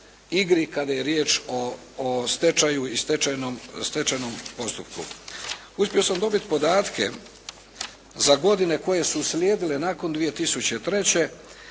kada je riječ o stečaju i stečajnom postupku. Uspio sam dobiti podatke za godine koje su slijedile nakon 2003.